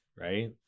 Right